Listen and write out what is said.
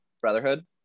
Brotherhood